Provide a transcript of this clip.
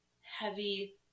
heavy